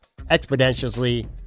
exponentially